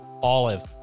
Olive